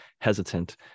hesitant